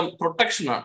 protection